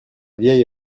vieil